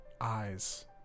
eyes